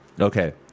Okay